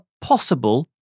possible